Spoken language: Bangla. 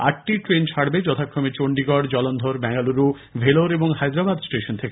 আটটি ট্রেন ছাড়বে যথাক্রমে চণ্ডীগড় জলন্ধর বেঙ্গালুরু ভেলোর ও হায়দ্রাবাদ স্টেশন থেকে